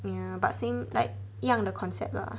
ya but same like 一样的 concept lah